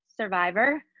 survivor